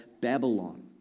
Babylon